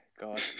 God